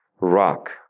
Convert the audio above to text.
rock